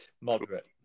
moderate